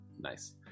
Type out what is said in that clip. Nice